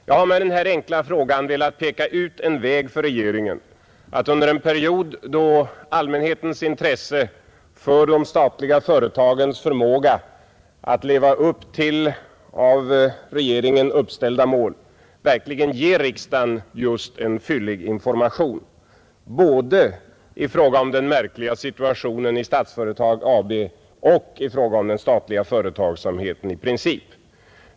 Jag har med denna enkla fråga velat peka ut en väg för regeringen att under en period då allmänhetens intresse är starkt för de statliga företagens förmåga att leva upp till av regeringen uppställda mål verkligen ge riksdagen just en fyllig information, både i fråga om den märkliga situationen i Statsföretag AB och i fråga om den statliga företagsamheten i princip.